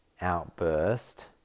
outburst